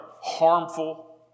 harmful